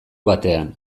batean